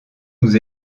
nous